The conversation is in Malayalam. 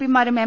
പിമാരും എം